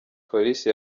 polisi